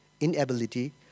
inability